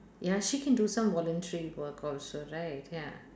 ya she can do some voluntary work also right ya